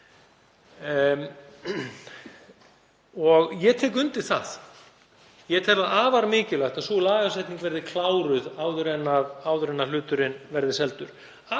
og ég tek undir það. Ég tel afar mikilvægt að sú lagasetning verði kláruð áður en hluturinn verður seldur.